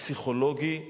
הפסיכולוגי,